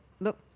look